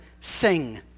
sing